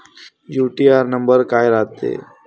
UTR number काय रायते?